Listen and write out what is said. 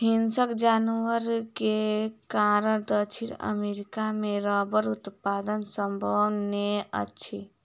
हिंसक जानवर के कारण दक्षिण अमेरिका मे रबड़ उत्पादन संभव नै अछि